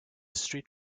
street